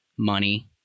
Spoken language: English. money